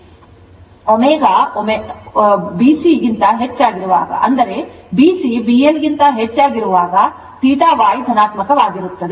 ω ω0 B C ಗಿಂತ ಹೆಚ್ಚಿರುವಾಗ ಅಂದರೆ BC BL ಗಿಂತ ಹೆಚ್ಚು ಇರುವಾಗ θ Y ಧನಾತ್ಮಕವಾಗಿರುತ್ತದೆ